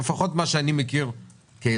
לפחות כך אני מכיר כאזרח.